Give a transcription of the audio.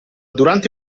durante